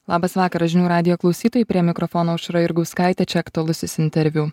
labas vakaras žinių radijo klausytojai prie mikrofono aušra jurgauskaitė čia aktualusis interviu